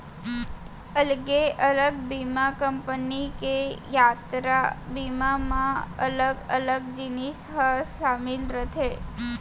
अलगे अलग बीमा कंपनी के यातरा बीमा म अलग अलग जिनिस ह सामिल रथे